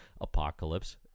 Apocalypse